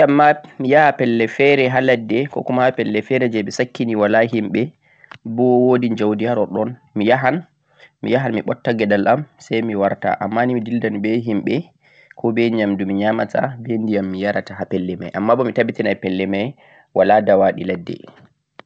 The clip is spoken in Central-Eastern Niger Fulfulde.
to ɓe hokki yam mi yaha pelle feere haa ladde 'ko kuma' pelle feere jee ɓe sakkini walaa himɓe boo woodi njawdi ha ɗoɗɗon mi yahan, mi yahan mi ɓotta ngeɗal am say mi warta ammaaa ni mi dillidan mbe himɓe ko mbe ƴamdu mi ỳaamata mbe ndiyam mi yarata haa pelle may, ammaa boo mi tattabitinay pelle may walaa dawaaɗi ladde.